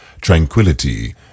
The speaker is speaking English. tranquility